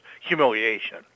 humiliation